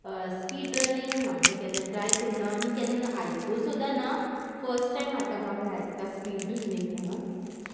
speed running ना हांवें केन्ना ट्राय करूं ना आनी केन्ना आयकूं सुद्दां ना फर्स्ट टायम आतां हांवें आयकता स्पीड रनींग म्हणून